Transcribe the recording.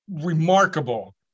remarkable